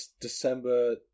December